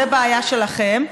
זו בעיה שלכם.